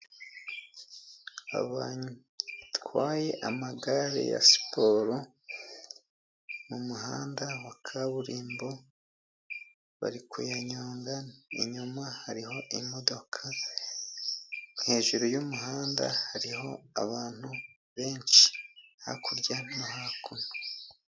Abatwaye amagare ya siporo mu muhanda wa kaburimbo bari kuyanyonga. Inyuma hariho imodoka, hejuru y'umuhanda hariho abantu benshi hakurya no hakuno.